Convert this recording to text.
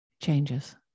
changes